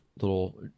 little